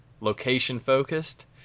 location-focused